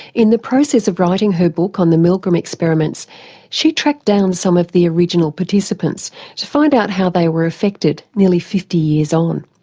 in the process of writing her book on the milgram experiments she tracked down some of the original participants to find out how they were affected nearly fifty years on.